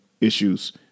issues